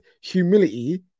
humility